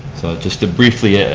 just to briefly